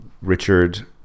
Richard